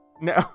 No